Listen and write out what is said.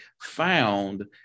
found